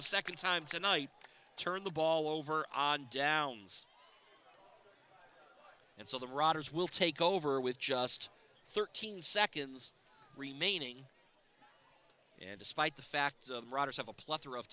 the second time tonight turn the ball over on downs and so the rogers will take over with just thirteen seconds remaining and despite the fact